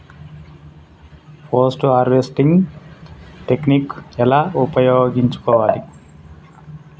Post harvesting technique ఎలా ఉపయోగించుకోవాలి?